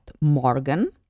Morgan